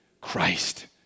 Christ